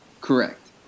Correct